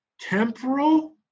temporal